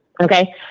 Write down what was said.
Okay